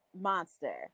monster